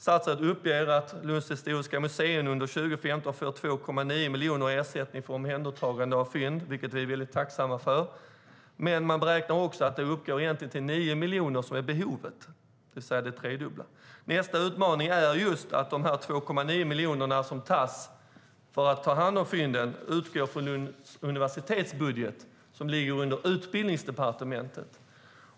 Statsrådet uppger att Lunds historiska museum under 2015 får 2,9 miljoner i ersättning för omhändertagande av fynd, vilket vi är väldigt tacksamma för. Men behovet beräknas uppgå till 9 miljoner, det vill säga det tredubbla. Nästa utmaning är att de 2,9 miljonerna till omhändertagande av fynden ska tas från Lunds universitets budget, som ligger under Utbildningsdepartementet.